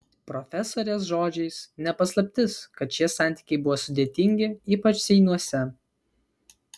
profesorės žodžiais ne paslaptis kad šie santykiai buvo sudėtingi ypač seinuose